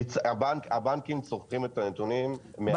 הם רשאים לעשות את זה, אם הם רוצים.